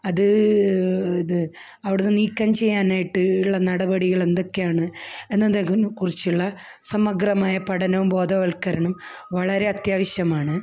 അത് ഇത് അവിടെനിന്നു നീക്കംചെയ്യാനായിട്ട് ഉള്ള നടപടികളെന്തൊക്കെയാണ് എന്നതിനെക്കുറിച്ചുള്ള സമഗ്രമായ പഠനവും ബോധവൽക്കരണവും വളരെ അത്യാവശ്യമാണ്